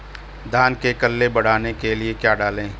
धान में कल्ले बढ़ाने के लिए क्या डालें?